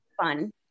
fun